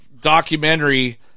documentary